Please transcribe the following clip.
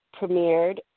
premiered